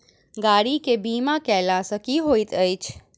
गाड़ी केँ बीमा कैला सँ की होइत अछि?